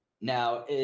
Now